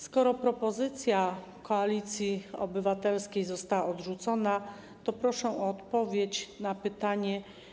Skoro propozycja Koalicji Obywatelskiej została odrzucona, to proszę o odpowiedź na pytanie: